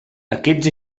aquests